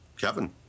Kevin